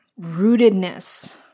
rootedness